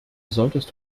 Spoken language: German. solltest